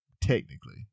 technically